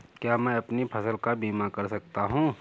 क्या मैं अपनी फसल का बीमा कर सकता हूँ?